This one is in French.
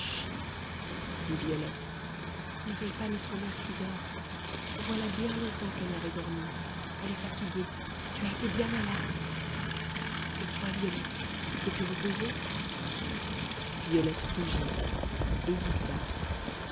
chut dit violette n'éveille pas notre mère qui dort voilà bien longtemps qu'elle n'avait dormi elle est fatiguée tu as été bien malade et toi violette t'es-tu reposée violette rougit hésita